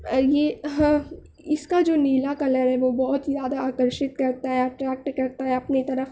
یہ ہاں اس کا جو نیلا کلر ہے وہ بہت ہی زیادہ آکرشت کرتا ہے ایٹریکٹ کرتا ہے اپنی طرف